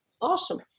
Awesome